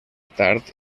tard